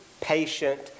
patient